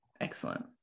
Excellent